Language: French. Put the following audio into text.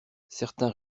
certains